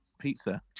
pizza